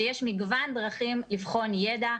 שיש מגוון דרכים לבחון ידע.